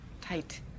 Tight